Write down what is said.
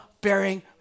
bearing